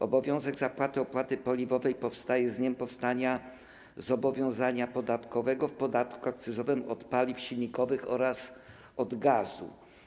Obowiązek zapłaty opłaty paliwowej powstaje z dniem powstania zobowiązania podatkowego w ramach podatku akcyzowego od paliw silnikowych oraz od gazu.